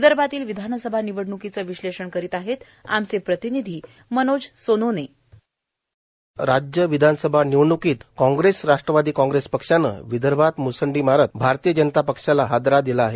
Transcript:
विदर्भातील विधानसभा निवडण्कीचं विष्लेशण करित आहेत आमचे प्रतिनिधी मनोज सोनोने बाईट राज्य विधानसभा निवडण्कीत काँग्रेस राश्ट्रवादी काँग्रेस पक्षानं विदर्भात म्संडी मारत भारतीय जनता पक्षाला हादरा दिला आहे